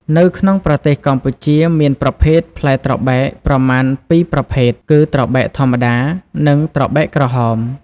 នៅក្នុងប្រទេសកម្ពុជាមានប្រភេទផ្លែត្របែកប្រមាណ ពីរប្រភេទ គឺត្របែកធម្មតា និងត្របែកក្រហម។